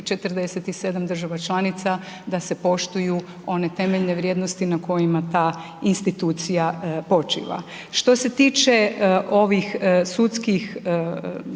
47 država članica da se poštuju one temeljene vrijednosti na kojima ta institucija počiva. Što se tiče ovih sudskih